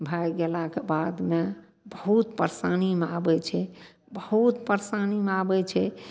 भए गेलाके बादमे बहुत परेशानीमे आबय छै बहुत परेशानीमे आबय छै